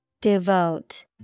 Devote